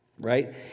right